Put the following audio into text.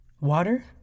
Water